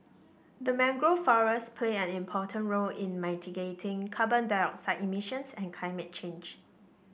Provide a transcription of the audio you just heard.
the mangrove forests play an important role in mitigating carbon dioxide emissions and climate change